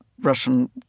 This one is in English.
Russian